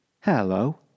Hello